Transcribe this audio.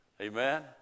Amen